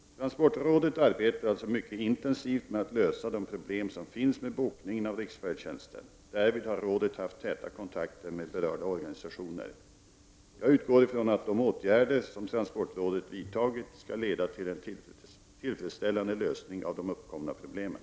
Transportrådet arbetar mycket intensivt med att lösa de problem som finns med bokningen av riksfärdtjänsten. Därvid har rådet haft mycket täta kontakter med berörda organisationer. Jag utgår från att de åtgärder som transportrådet vidtagit skall leda till en tillfredsställande lösning av de uppkomna problemen.